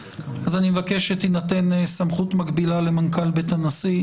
אני מבקש שתינתן סמכות מקבילה למנכ"ל בית הנשיא.